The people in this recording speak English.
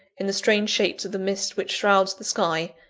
in the strange shapes of the mist which shrouds the sky,